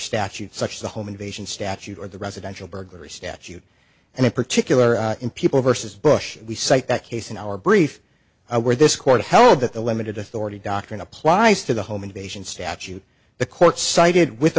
statute such the home invasion statute or the residential burglary statute and in particular in people versus bush we cite that case in our brief i wear this court held that the limited authority doctrine applies to the home invasion statute the court cited with